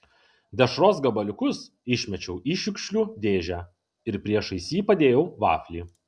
dešros gabaliukus išmečiau į šiukšlių dėžę ir priešais jį padėjau vaflį